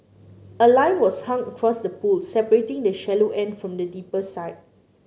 a line was hung across the pool separating the shallow end from the deeper side